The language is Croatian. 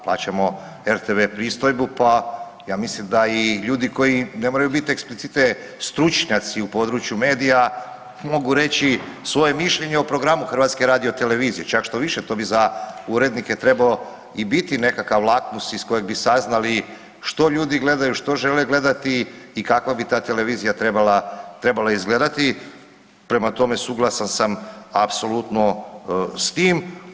Pa ćemo RTV pristojbu pa, ja mislim da i ljudi koji ne moraju biti explicite stručnjaci u području medija, mogu reći svoje mišljenje o programu HRT-a, čak štoviše, to bi za urednike trebao i biti nekakav lakmus iz kojeg bi saznali što ljudi gledaju, što žele gledati i kakva bi ta televizija trebala izgledati, prema tome, suglasan sam apsolutno s tim.